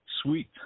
sweet